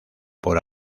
por